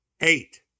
eight